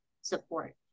support